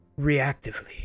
reactively